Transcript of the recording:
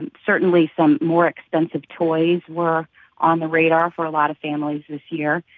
and certainly some more expensive toys were on the radar for a lot of families this year.